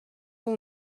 бул